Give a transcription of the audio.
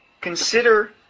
consider